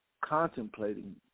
contemplating